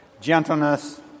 Gentleness